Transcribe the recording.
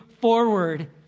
forward